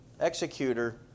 executor